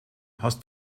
hast